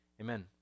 Amen